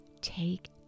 take